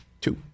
Two